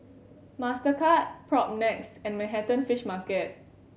Mastercard Propnex and Manhattan Fish Market